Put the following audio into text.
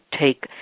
take